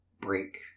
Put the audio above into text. break